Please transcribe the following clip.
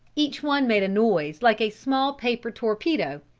each one made a noise like a small paper torpedo,